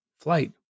flight